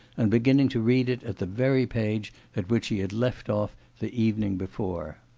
and beginning to read it at the very page at which he had left off the evening before.